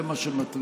זה מה שמטריד,